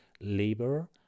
labor